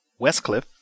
Westcliff